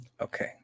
Okay